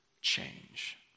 change